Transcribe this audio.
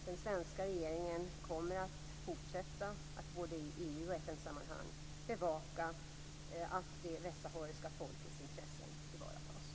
Den svenska regeringen kommer att fortsätta att både i EU och FN-sammanhang bevaka att det västsahariska folkets intressen tillvaratas.